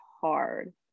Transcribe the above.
hard